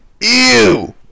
Ew